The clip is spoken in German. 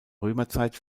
römerzeit